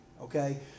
okay